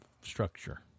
structure